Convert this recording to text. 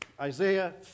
Isaiah